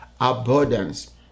abundance